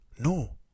No